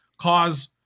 cause